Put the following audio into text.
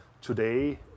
today